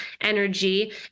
energy